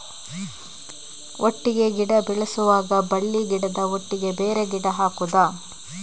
ಒಟ್ಟಿಗೆ ಗಿಡ ಬೆಳೆಸುವಾಗ ಬಳ್ಳಿ ಗಿಡದ ಒಟ್ಟಿಗೆ ಬೇರೆ ಗಿಡ ಹಾಕುದ?